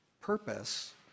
purpose